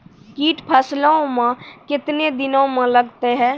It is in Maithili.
कीट फसलों मे कितने दिनों मे लगते हैं?